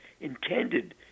intended